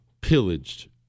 pillaged